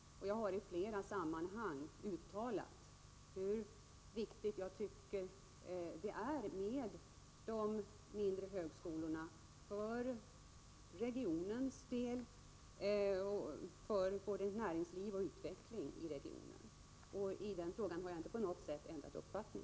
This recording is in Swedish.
Jag har i flera sammanhang uttalat hur viktigt jag tycker att det är med de mindre högskolorna för regionens näringsliv och utveckling. I den frågan har jag inte på något sätt ändrat uppfattning.